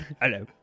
Hello